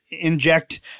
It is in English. inject